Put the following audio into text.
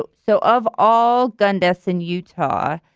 but so of all gun deaths in utah,